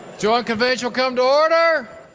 joint convention come to order.